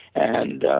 and,